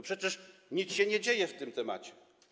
Przecież nic się nie dzieje w tym temacie.